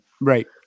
Right